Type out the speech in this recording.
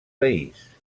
país